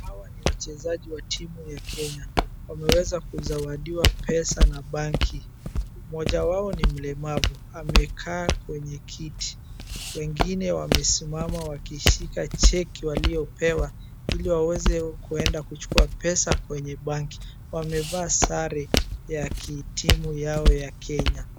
Hawa ni wachezaji wa timu ya Kenya. Wameweza kuzawadiwa pesa na banki. Mmoja wao ni mlemavu. Amekaa kwenye kiti. Wengine wamesimama wakishika cheki waliopewa ili waweze kuenda kuchukua pesa kwenye banki. Wamevaa sare ya ki timu yao ya Kenya.